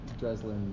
Dreslin